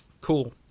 cool